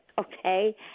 okay